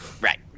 right